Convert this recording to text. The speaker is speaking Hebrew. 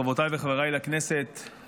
חברותיי וחבריי לכנסת,